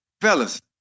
Fellas